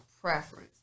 preference